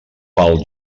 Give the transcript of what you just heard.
pel